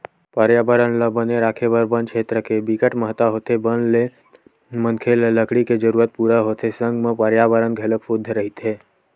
परयाबरन ल बने राखे बर बन छेत्र के बिकट महत्ता होथे बन ले मनखे ल लकड़ी के जरूरत पूरा होथे संग म परयाबरन घलोक सुद्ध रहिथे